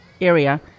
area